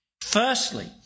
Firstly